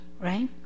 right